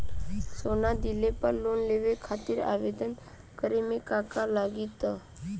सोना दिहले पर लोन लेवे खातिर आवेदन करे म का का लगा तऽ?